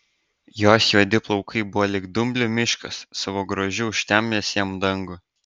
jos juodi plaukai buvo lyg dumblių miškas savo grožiu užtemdęs jam dangų